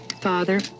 Father